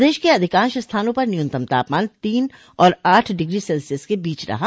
प्रदेश के अधिकांश स्थानों पर न्यूनतम तापमान तीन और आठ डिग्री सेल्सियस के बीच रहा